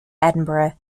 edinburgh